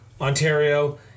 Ontario